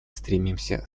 стремимся